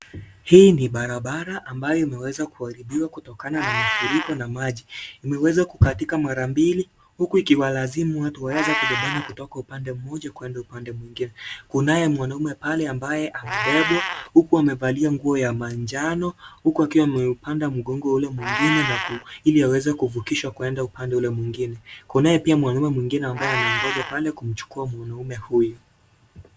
Hii ni barabara ambayo imeweza kuharibiwa kutokana na mafuriko na maji. Imeweza kukatika mara mbili, huku ikiwalazimu watu waweze kubebana kutoka upande mmoja kwenda upande mwingine. Kunaye mwanaume pale ambaye amebebwa huku amevalia nguo ya manjano, huku akiwa ameupanda mgongo wa yule mwingine, ili aweze kuvukishwa kwenda upande ule mwingine. Kunaye pia mwanaume mwingine ambaye amengoja pale kumchukua mwanaume huyu.